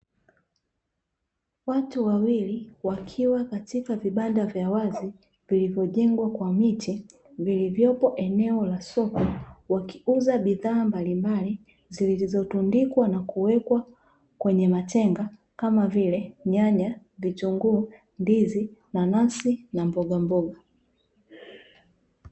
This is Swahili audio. Watu wawili wakiwa katika vibanda vya wazi vilivyojengwa kwa miti, vilivyopo eneo la soko, wakiuza bidhaa mbalimbali, zilizotundikwa na kuwekwa kwenye matenga kama vile: nyanya, vitunguu, ndizi, nanasi, na mbogamboga.